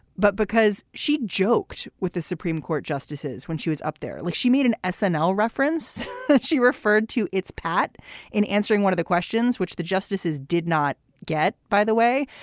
but because she joked with the supreme court justices when she was up there, like she made an and snl reference that she referred to. it's pat in answering one of the questions which the justices did not get. by the way,